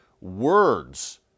words